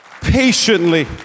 Patiently